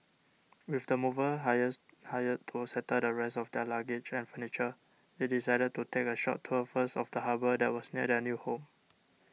with the movers hires hired to settle the rest of their luggage and furniture they decided to take a short tour first of the harbour that was near their new home